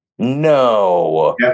No